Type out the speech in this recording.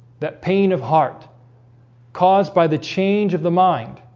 that pain of heart caused by the change of the mind